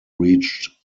reached